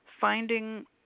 finding